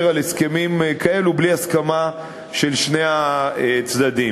על הסכמים כאלה בלי הסכמה של שני הצדדים.